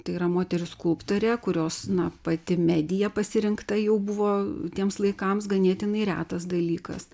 tai yra moteris skulptorė kurios na pati medija pasirinkta jau buvo tiems laikams ganėtinai retas dalykas